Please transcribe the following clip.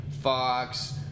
Fox